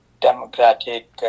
democratic